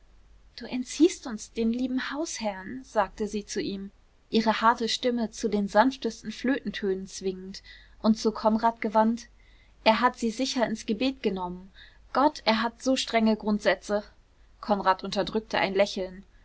du entziehst uns den lieben hausherrn sagte sie zu ihm ihre harte stimme zu den sanftesten flötentönen zwingend und zu konrad gewandt er hat sie sicher ins gebet genommen gott er hat so strenge grundsätze konrad unterdrückte ein lächeln